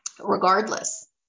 Regardless